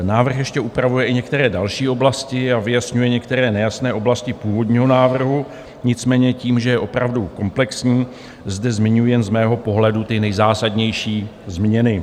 Návrh ještě upravuje i některé další oblasti a vyjasňuje některé nejasné oblasti původního návrhu, nicméně tím, že je opravdu komplexní, zde zmiňuji jen z mého pohledu ty nejzásadnější změny.